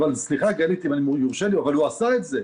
סליחה גלית, אם יורשה לי, הוא עשה את זה.